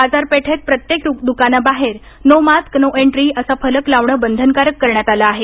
बाजारपेठेत प्रत्येक दुकानाबाहेर नो मास्क नो एन्ट्री असा फलक लावणं बंधनकारक करण्यात आलं आहे